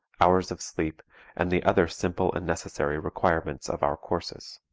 hours of sleep and the other simple and necessary requirements of our courses.